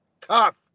tough